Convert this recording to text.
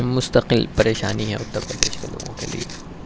مستقل پریشانی ہے اتر پردیش کے لوگوں کے لیے